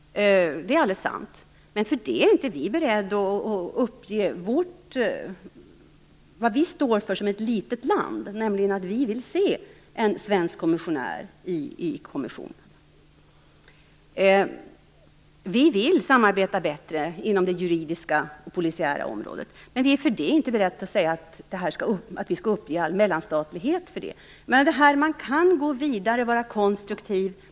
Det är alldeles sant. Men för det är vi inte beredda att uppge det vi står för som ett litet land, nämligen att vi vill se en svensk kommissionär i kommissionen. Vi vill ha ett bättre samarbete inom det juridiska och polisiära området. Men vi är för det inte beredda att uppge all mellanstatlighet. Men det går att gå vidare och vara konstruktiv.